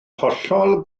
hollol